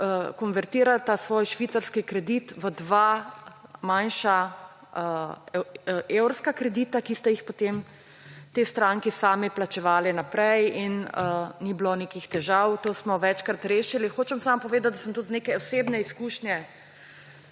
konvertirata svoj švicarski kredit v dva manjša evrska kredita, ki sta ju potem ti stranki sami plačevali naprej in ni bilo nekih težav. To smo večkrat rešili. Hočem samo povedati, da sem se tudi iz neke osebne izkušnje